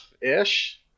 ish